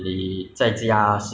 我通常是看